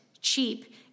cheap